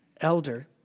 elder